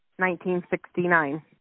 1969